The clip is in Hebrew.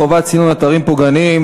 חובת סינון אתרים פוגעניים),